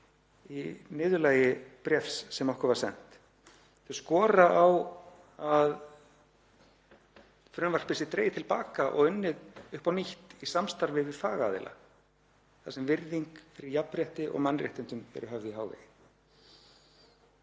í niðurlagi bréfs sem okkur var sent. Þau skora á að frumvarpið sé dregið til baka og unnið upp á nýtt í samstarfi við fagaðila þar sem virðing fyrir jafnrétti og mannréttindum er höfð í hávegum.